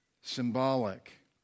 symbolic